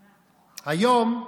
היום,